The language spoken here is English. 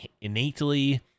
innately